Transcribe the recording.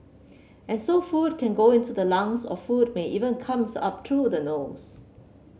and so food can go into the lungs or food may even comes up through the nose